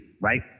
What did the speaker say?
right